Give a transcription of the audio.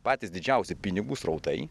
patys didžiausi pinigų srautai